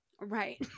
right